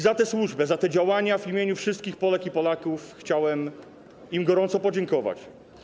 Za tę służbę, za te działania w imieniu wszystkich Polek i Polaków chciałem im gorąco podziękować.